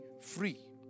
free